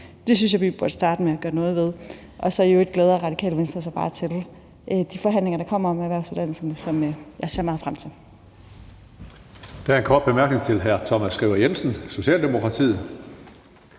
Det synes jeg vi burde starte med at gøre noget ved. I øvrigt glæder Radikale Venstre sig bare til de forhandlinger, der kommer om erhvervsuddannelserne, som jeg ser meget frem til. Kl. 20:36 Tredje næstformand (Karsten Hønge): Der er en kort bemærkning til hr. Thomas Skriver Jensen, Socialdemokratiet.